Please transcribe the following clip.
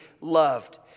loved